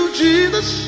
jesus